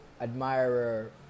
admirer